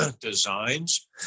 designs